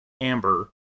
Amber